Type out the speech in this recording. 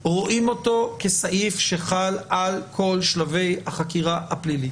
רואים כסעיף שחל על כל שלבי החקירה הפלילית.